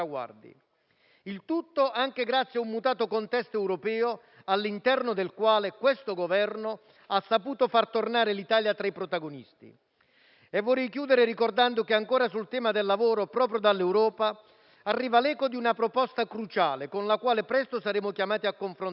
Il tutto anche grazie a un mutato contesto europeo, all'interno del quale questo Governo ha saputo far tornare l'Italia tra i protagonisti. Vorrei concludere ricordando che, ancora sul tema del lavoro, proprio dall'Europa arriva l'eco di una proposta cruciale, con la quale presto saremo chiamati a confrontarci,